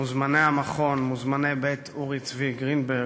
מוזמני המכון, מוזמני בית אורי צבי גרינברג,